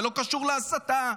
זה לא קשור להסתה.